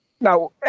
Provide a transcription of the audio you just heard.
Now